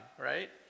right